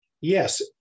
Yes